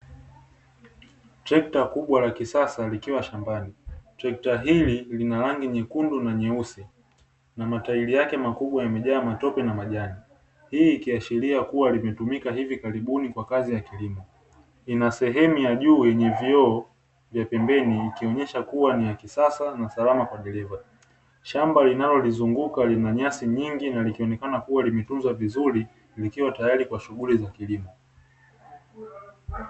Trekta kubwa la kisasa likiwa shambani, trekta hili lina rangi nyekundu na nyeusi, na matairi yake makubwa yamejaa matope na majani. Hii ikiashiria kuwa limetumika hivi karibuni kwa kazi ya kilimo. Lina sehemu ya juu yenye vioo vya pembeni, ikionyesha kuwa ni ya kisasa na salama kwa dereva. Shamba linalolizunguka lina nyasi nyingi na likionekana kuwa limetunzwa vizuri, likiwa tayari kwa shughuli za kilimo.